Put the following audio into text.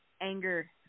anger